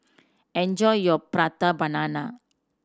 enjoy your Prata Banana